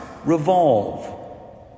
revolve